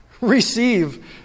Receive